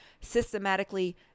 systematically